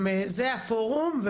זה הפורום.